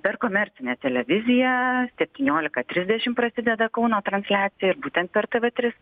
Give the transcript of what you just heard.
per komercinę televiziją septyniolika trisdešim prasideda kauno transliacija ir būtent per tv tris